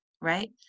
right